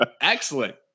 Excellent